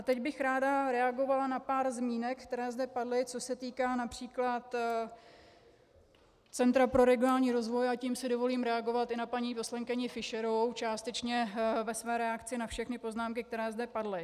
Teď bych ráda reagovala na pár zmínek, které zde padly, co se týká například Centra pro regionální rozvoj, a tím si dovolím reagovat i na paní poslankyni Fischerovou, částečně ve své reakci na všechny poznámky, které zde padly.